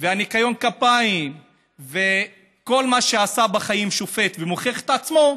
וניקיון הכפיים וכל מה שעשה השופט בחיים והוכיח את עצמו,